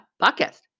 podcast